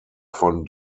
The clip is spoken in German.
von